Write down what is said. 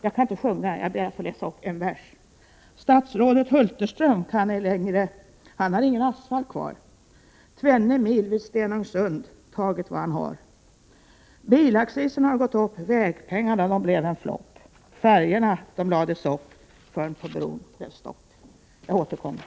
Jag kan inte sjunga, men jag skall läsa upp en vers: Statsrådet Hulterström, han har ingen asfalt kvar tvenne mil vid Stenungsund tar allt vad han har Bilaccisen har gått opp vägpengarna de blev en flopp färjorna de lades opp förr'n på bron vart stopp ...